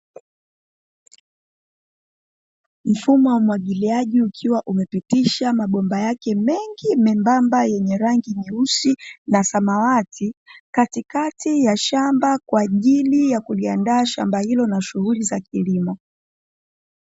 Mfumo wa umwagiliaji ukiwa umepitisha mabomba yake mengi membamba yenye rangi nyeusi, na samawati katikati ya shamba kwa ajili ya kuliandaa shamba hilo na shughuli ya kilimo.